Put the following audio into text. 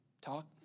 talk